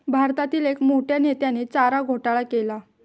भारतातील एक मोठ्या नेत्याने चारा घोटाळा केला